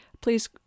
please